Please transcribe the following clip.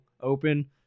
open